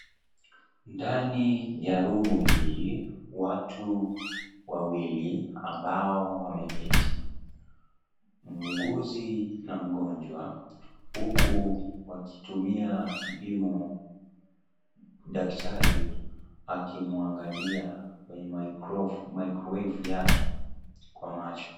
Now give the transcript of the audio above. Ndani ya rumi hii, watu wawili ambao wameketi. Mhuguzi na mgonjwa huku wakitumia kipimo cha udaktari akimwangalia kwenye mikrowefi yake kwa macho.